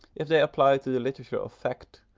if they apply to the literature of fact,